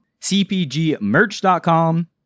cpgmerch.com